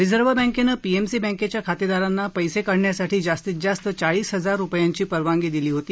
reserve बँकेनं PMC बँकेच्या खातेदारांना पैसे काढण्यासाठी जास्तीत जास्त चाळीस हजार रुपयांची परवानगी दिली होती